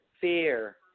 fear